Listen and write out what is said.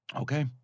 Okay